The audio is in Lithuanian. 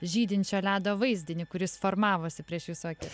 žydinčio ledo vaizdinį kuris formavosi prieš jūsų akis